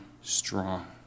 strong